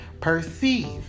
perceive